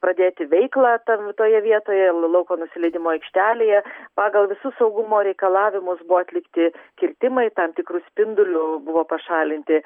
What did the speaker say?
pradėti veiklą tam toje vietoje lauko nusileidimo aikštelėje pagal visus saugumo reikalavimus buvo atlikti kirtimai tam tikru spinduliu buvo pašalinti